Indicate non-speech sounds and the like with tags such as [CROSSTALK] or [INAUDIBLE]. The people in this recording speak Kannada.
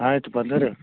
ಆಯ್ತು [UNINTELLIGIBLE]